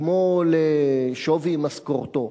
כמו לשווי משכורתו.